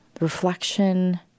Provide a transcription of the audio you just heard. reflection